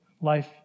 life